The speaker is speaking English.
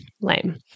Lame